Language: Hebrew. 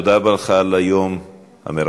תודה רבה לך על היום המרתק.